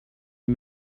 and